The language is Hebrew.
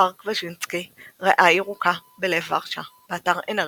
פארק וואז'ינקי ריאה ירוקה בלב וורשה, באתר nrg,